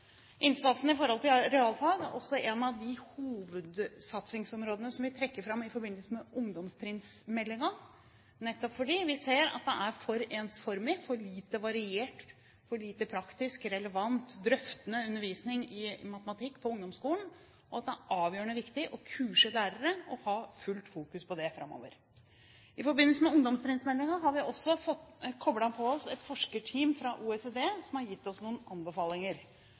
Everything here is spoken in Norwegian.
Realfag er også en av de hovedsatsingsområdene som vi trekker fram i ungdomstrinnsmeldingen, nettopp fordi vi ser at det er for ensformig, for lite variert, for lite praktisk, for lite relevant og for lite drøftende undervisning i matematikk på ungdomsskolen. Det er avgjørende å kurse lærere og fokusere fullt på det framover. I forbindelse med ungdomstrinnsmeldingen har vi også fått koblet inn et forskerteam fra OECD som har gitt oss noen anbefalinger.